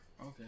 okay